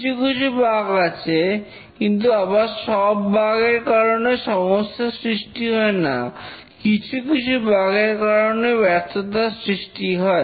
কিছু কিছু বাগ আছে কিন্তু আবার সব বাগ এর কারণে সমস্যার সৃষ্টি হয় না কিছু কিছু বাগ এর কারণে ব্যর্থতার সৃষ্টি হয়